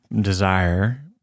desire